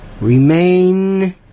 remain